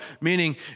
meaning